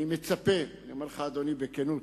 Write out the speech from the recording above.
אני מצפה, אני אומר לך, אדוני, בכנות,